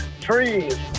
trees